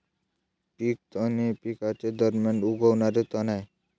पीक तण हे पिकांच्या दरम्यान उगवणारे तण आहे